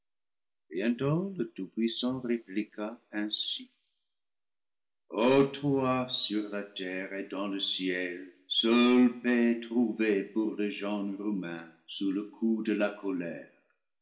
le tout puissan répliqua ainsi o toi sur la terre et dans le ciel seule paix trouvée pour le genre humain sous le coup de la colère